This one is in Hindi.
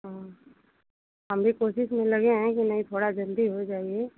हाँ हम भी कोशिश में लगे हैं नही थोड़ा जल्दी हो जाए ये